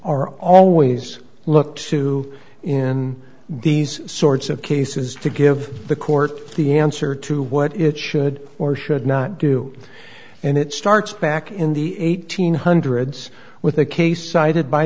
are always looked to in these sorts of cases to give the court the answer to what it should or should not do and it starts back in the eighteen hundreds with a case cited by